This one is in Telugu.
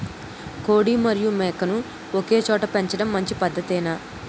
కోడి మరియు మేక ను ఒకేచోట పెంచడం మంచి పద్ధతేనా?